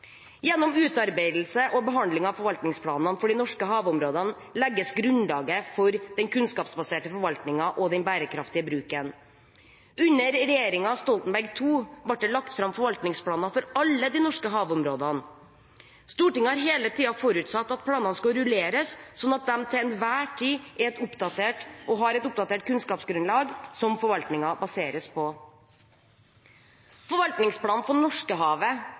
Gjennom utarbeidelse og behandling av forvaltningsplanene for de norske havområdene legges grunnlaget for den kunnskapsbaserte forvaltningen og den bærekraftige bruken. Under regjeringen Stoltenberg II ble det lagt fram forvaltningsplaner for alle de norske havområdene. Stortinget har hele tiden forutsatt at planene skal rulleres, sånn at de til enhver er oppdatert og har et oppdatert kunnskapsgrunnlag som forvaltningen baseres på. Forvaltningsplanen for